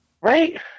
Right